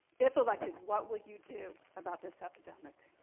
if elected, what would you do about this epidemic.